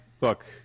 look